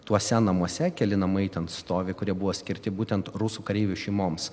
tuose namuose keli namai ten stovi kurie buvo skirti būtent rusų kareivių šeimoms